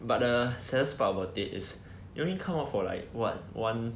but the saddest part about it is it only come out for like what one